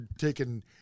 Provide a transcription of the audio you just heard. taking